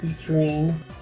featuring